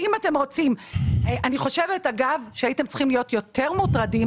אני חושבת שהייתם צריכים להיות יותר מוטרדים